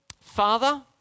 Father